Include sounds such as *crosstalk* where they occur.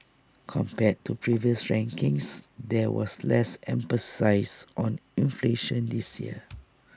compared to previous rankings there was less emphasis on inflation this year *noise*